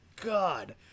god